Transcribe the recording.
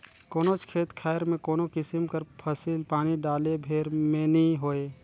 कोनोच खेत खाएर में कोनो किसिम कर फसिल पानी डाले भेर में नी होए